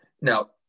Now